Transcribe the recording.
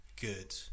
good